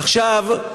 עכשיו,